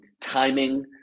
timing